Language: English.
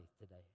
today